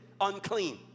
unclean